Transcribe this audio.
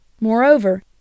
Moreover